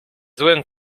złym